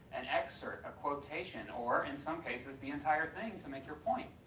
an excerpt, a quotation, or in some cases the entire thing to make your point,